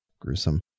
gruesome